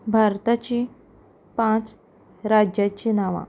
भारताची पांच राज्यांचीं नांवां